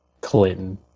Clinton